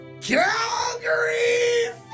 Calgary